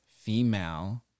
female